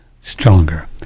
stronger